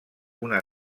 una